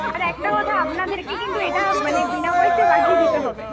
আর একটা কথা আপনাদেরকে কিন্তু এটা মানে বিনা পয়সায় বাগিয়ে দিতে হবে